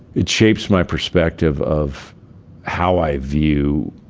it shapes my perspective of how i view